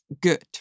good